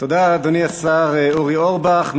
תודה, אדוני השר אורי אורבך.